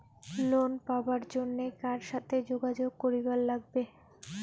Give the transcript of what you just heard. Loan পাবার জন্যে কার সাথে যোগাযোগ করিবার লাগবে?